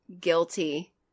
guilty